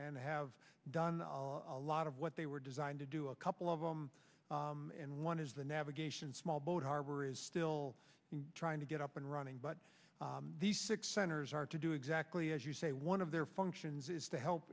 and have done a lot of what they were designed to do a couple of them and one is the navigation small boat harbor is still trying to get up and running but these six centers are to do exactly as you say one of their functions is to help